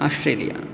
Australia